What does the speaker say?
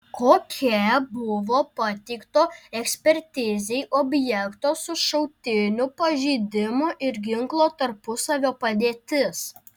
kokia buvo pateikto ekspertizei objekto su šautiniu pažeidimu ir ginklo tarpusavio padėtis